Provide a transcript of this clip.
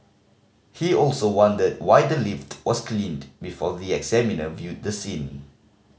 he also wondered why the lift was cleaned before the examiner viewed the scene